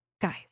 guys